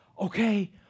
Okay